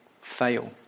fail